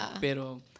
pero